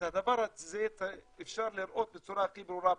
את הדבר הזה אפשר לראות בצורה הכי ברורה בנגב,